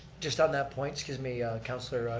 just on that point, excuse me, councilor.